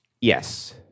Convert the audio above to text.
Yes